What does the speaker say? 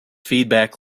feedback